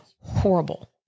horrible